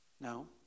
No